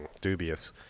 dubious